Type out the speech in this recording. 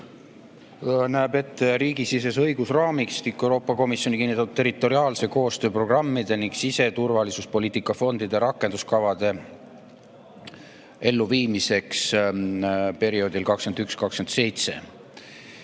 näeb ette riigisisese õigusraamistiku Euroopa Komisjoni kinnitatud territoriaalse koostöö programmide ning siseturvalisuspoliitika fondide rakenduskavade elluviimise perioodil 2021–2027.Seda